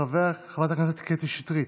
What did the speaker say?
חברת הכנסת קטי שטרית,